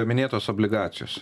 minėtos obligacijos